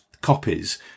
copies